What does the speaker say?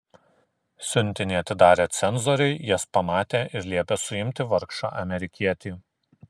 siuntinį atidarę cenzoriai jas pamatė ir liepė suimti vargšą amerikietį